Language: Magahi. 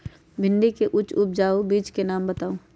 भिंडी के उच्च उपजाऊ बीज के नाम बताऊ?